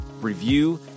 review